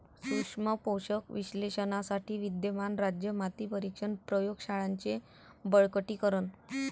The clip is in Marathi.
सूक्ष्म पोषक विश्लेषणासाठी विद्यमान राज्य माती परीक्षण प्रयोग शाळांचे बळकटीकरण